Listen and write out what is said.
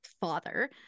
father